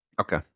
Okay